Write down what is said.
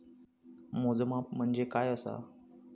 मोजमाप म्हणजे काय असा?